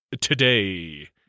today